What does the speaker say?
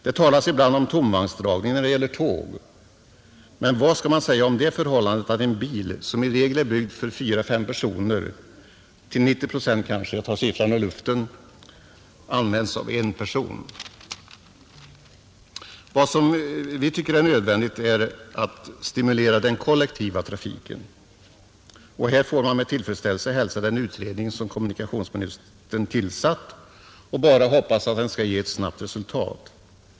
Det talas ibland om tomvagnsdragning när det gäller tåg, men vad skall man säga om det förhållandet att en bil, som i regel är byggd för fyra, fem personer, kanske till 90 procent — jag tar siffran ur luften — används av Nr 85 en person. Torsdagen den Vad vi tycker är nödvändigt är att stimulera den kollektiva trafiken. 13 maj 1971 Därför får man med tillfredsställelse hälsa den utredning som kommunikationsministern har tillsatt och bara hoppas att den skall ge ett snabbt resultat.